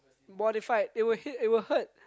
modified it will hit it will hurt